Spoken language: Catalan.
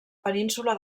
península